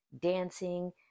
dancing